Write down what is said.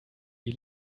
die